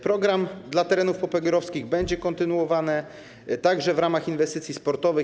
Program dla terenów popegeerowskich będzie kontynuowany także w ramach inwestycji sportowych.